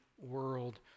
world